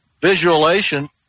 visualization